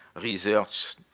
research